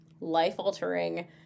life-altering